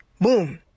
boom